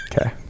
Okay